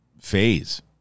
phase